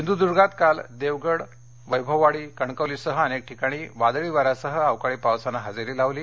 सिंधूद्र्गात काल देवगड वैभववाडी कणकवलीसह अनेक ठिकाणी वादळी वाऱ्यासह अवकाळी पावसान हजेरी लावली